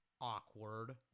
awkward